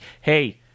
hey